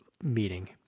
meeting